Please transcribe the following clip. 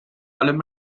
allem